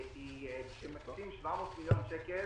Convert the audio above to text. כשמקבלים 700 מיליון שקל